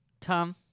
Tom